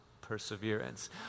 perseverance